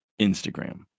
instagram